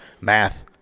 math